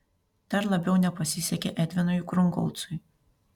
dar labiau nepasisekė edvinui krungolcui